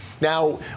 Now